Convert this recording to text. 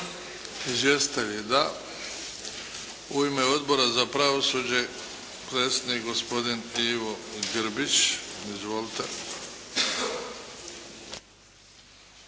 Izvjestitelji, da. U ime Odbora za pravosuđe, predsjednik, gospodin Ivo Grbić, izvolite.